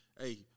hey